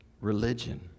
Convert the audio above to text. religion